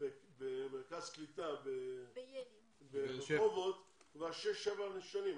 במרכז קליטה ברחובות כבר שש-שבע שנים.